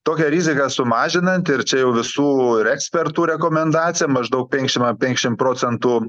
tokią riziką sumažinant ir čia jau visų ir ekspertų rekomendacija maždaug penkšim an penkšim procentų